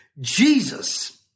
Jesus